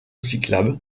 cyclable